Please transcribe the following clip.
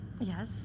Yes